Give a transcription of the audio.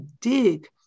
dig